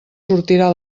sortirà